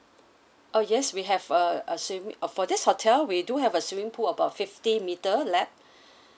uh yes we have uh a swimming uh for this hotel we do have a swimming pool about fifty metre lap